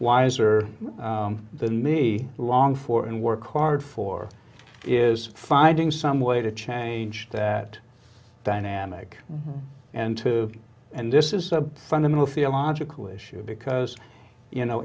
wiser than me long for and work hard for is finding some way to change that dynamic and to and this is a fundamental theological issue because you know